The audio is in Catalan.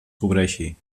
cobreixi